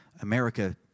America